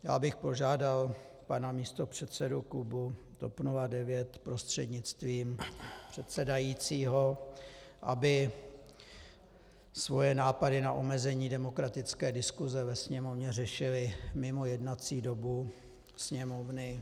Já bych požádal pana místopředsedu klubu TOP 09 prostřednictvím předsedajícího, aby svoje nápady na omezení demokratické diskuse ve Sněmovně řešili mimo jednací dobu Sněmovny.